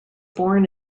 born